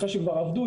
אחרי שכבר עבדו,